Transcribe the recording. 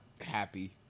happy